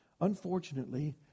Unfortunately